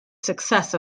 success